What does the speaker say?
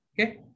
okay